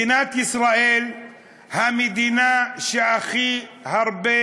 מדינת ישראל היא המדינה שמוציאה הכי הרבה